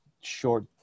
short